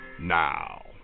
now